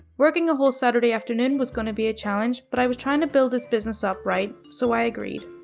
working a whole saturday afternoon was gonna be a challenge, but i was trying to build this business up, right? so i agreed.